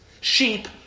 Sheep